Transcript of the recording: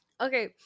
Okay